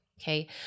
Okay